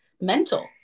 mental